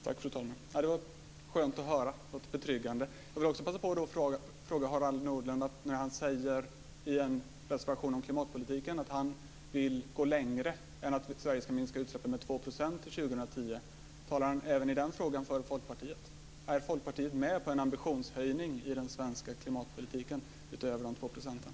Fru talman! Det var skönt att höra. Det låter betryggande. Jag vill också passa på att ställa en annan fråga till Harald Nordlund. Han säger i en reservation om klimatpolitiken att han vill gå längre än att Sverige ska minska utsläppen med 2 % till 2010. Talar han även i den frågan för Folkpartiet? Är Folkpartiet med på en ambitionshöjning, utöver de två procenten, i den svenska klimatpolitiken?